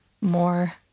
more